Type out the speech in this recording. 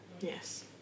Yes